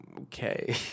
Okay